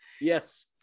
yes